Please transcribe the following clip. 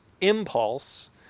impulse